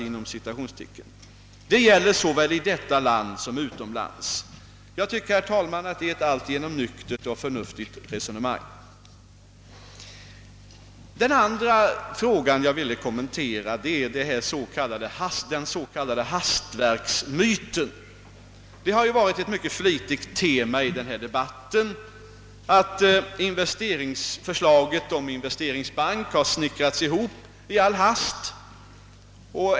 Det gäller såväl i detta land som utomlands...» Jag tycker, herr talman, att det är ett alltigenom nyktert och förnuftigt resonemang. Den andra frågan som jag ville kommentera är den s.k. hastverksmyten. Det har ju varit ett mycket flitigt tema i denna debatt, att förslaget om investeringsbank har snickrats ibop i all hast.